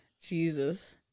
Jesus